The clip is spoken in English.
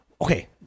okay